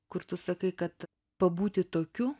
kur tu sakai kad pabūti tokiu